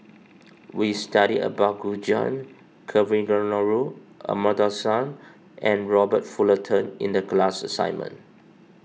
we studied about Gu Juan Kavignareru Amallathasan and Robert Fullerton in the class assignment